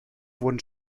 wurden